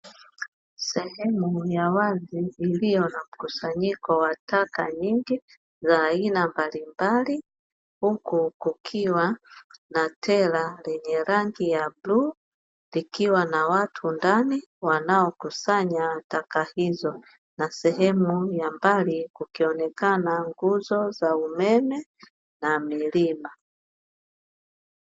Sehemu ya wazi iliyo na mkusanyiko wa taka nyingi za aina mbalimbali, huku kukiwa na tela lenye rangi ya bluu likiwa na watu ndani wanaokusanya taka hizo na sehemu ya mbali kukionekana nguzo za umeme na milima.